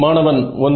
மாணவன் 1